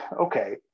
okay